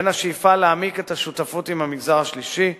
בין השאיפה להעמיק את השותפות עם המגזר השלישי,